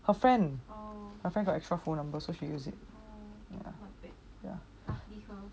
her friend her friend got extra phone number so she use